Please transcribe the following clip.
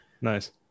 nice